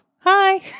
Hi